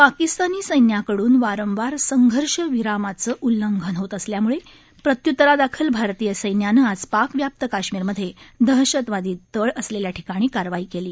पाकिस्तानी सैन्याकडून वारंवार संघर्ष विरामाचं उल्लंघन होत असल्याम्ळं प्रत्य्तरादाखल भारतीय सैन्यानं आज पाकव्याप्त काश्मीरमध्ये दहशतवादी तळ असलेल्या ठिकाणी कारवाई केली